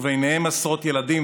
וביניהם עשרות ילדים,